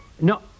No